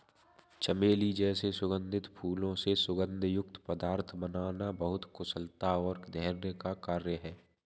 चमेली जैसे सुगंधित फूलों से सुगंध युक्त पदार्थ बनाना बहुत कुशलता और धैर्य का कार्य है